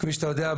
כמו שאתה יודע,